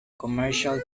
commercial